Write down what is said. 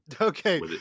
Okay